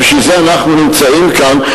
בשביל זה אנחנו נמצאים כאן.